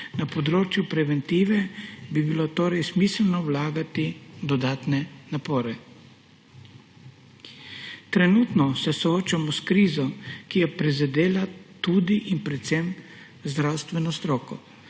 Na področju preventive bi bilo torej smiselno vlagati dodatne napore. Trenutno se soočamo s krizo, ki je prizadela tudi in predvsem zdravstveno stroko.